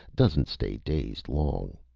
doesn't stay dazed long.